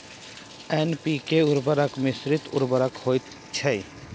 NPK उर्वरक मिश्रित उर्वरक होइत छै